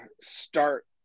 start